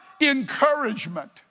encouragement